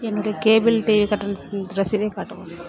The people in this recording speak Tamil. என்னுடைய கேபிள் டிவி கட்டணத்தின் ரசீதை காட்டவும்